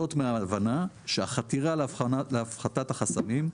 זאת מההבנה שחתירה להפחתת החסמים,